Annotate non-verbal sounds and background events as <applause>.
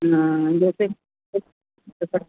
न जैसे एक <unintelligible>